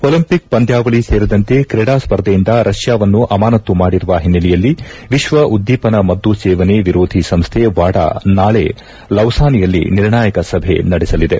Olympic ಪಂದ್ನಾವಳಿ ಸೇರಿದಂತೆ ತ್ರೀಡಾಸ್ಪರ್ಧೆಯಿಂದ ರಷ್ಣಾವನ್ನು ಅಮಾನತ್ತು ಮಾಡಿರುವ ಹಿನ್ನೆಲೆಯಲ್ಲಿ ವಿಶ್ವ ಉದ್ನೀಪನ ಮದ್ದು ಸೇವನೆ ವಿರೋಧಿ ಸಂಸ್ಥೆ ವಾಡಾ ನಾಳೆ ಲೌಸಾನೆಯಲ್ಲಿ ನಿರ್ಣಾಯಕ ಸಭೆ ನಡೆಯಲಿದೆ